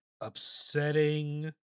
upsetting